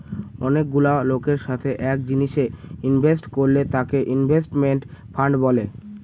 অনেকগুলা লোকের সাথে এক জিনিসে ইনভেস্ট করলে তাকে ইনভেস্টমেন্ট ফান্ড বলে